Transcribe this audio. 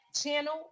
channel